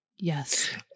Yes